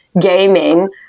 gaming